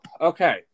okay